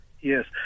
Yes